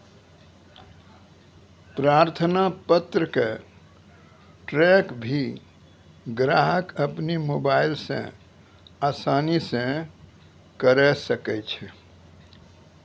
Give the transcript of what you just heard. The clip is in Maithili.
प्रार्थना पत्र क ट्रैक भी ग्राहक अपनो मोबाइल स आसानी स करअ सकै छै